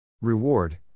Reward